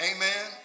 Amen